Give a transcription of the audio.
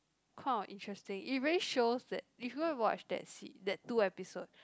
kind of interesting it really shows that if you have watched that scene that two episode